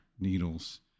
needles